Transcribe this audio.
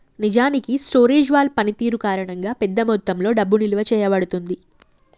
నిజానికి storage wall పనితీరు కారణంగా పెద్ద మొత్తంలో డబ్బు నిలువ చేయబడుతుంది